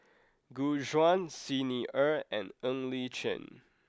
Gu Juan Xi Ni Er and Ng Li Chin